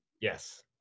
Yes